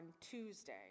Tuesday